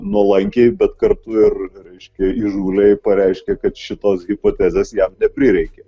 nuolankiai bet kartu ir reiškia įžūliai pareiškė kad šitos hipotezės jam neprireikė